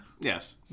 Yes